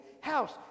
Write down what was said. house